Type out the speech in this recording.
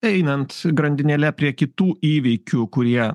einant grandinėle prie kitų įvykių kurie